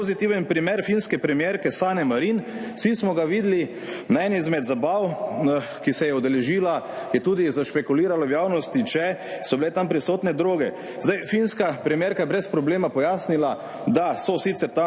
droge. Finska premierka je brez problema pojasnila, da so sicer tam